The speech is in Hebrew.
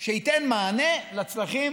שייתן מענה לצרכים